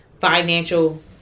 financial